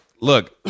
Look